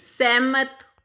ਸਹਿਮਤ